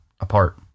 apart